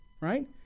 Right